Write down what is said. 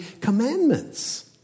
commandments